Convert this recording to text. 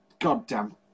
goddamn